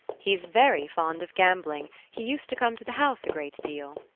he's very fond of gambling he used to come to the house a great deal.